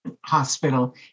hospital